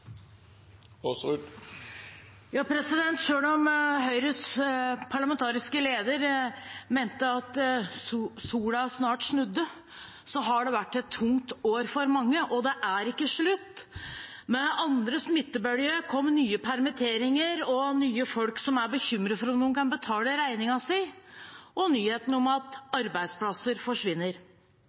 om Høyres parlamentariske leder mente at sola snart snur, har det vært et tungt år for mange, og det er ikke slutt. Med andre smittebølge kom nye permitteringer og nye folk som er bekymret for om de kan betale regningene sine, og nyheten om at arbeidsplasser forsvinner.